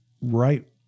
right